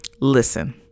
Listen